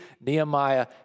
Nehemiah